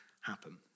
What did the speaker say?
happen